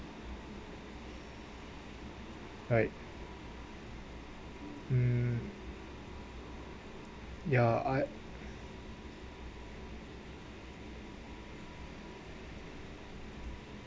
right mm ya I